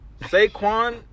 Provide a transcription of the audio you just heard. Saquon